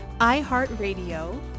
iHeartRadio